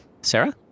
Sarah